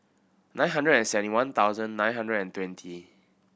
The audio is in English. nine hundred and seventy one thousand nine hundred and twenty